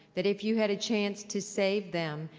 that if you had a chance to save them,